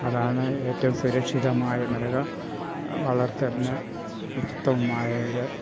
അതാണ് ഏറ്റവും സുരക്ഷിതമായ വളർത്തലിന് ഉത്തമമായത്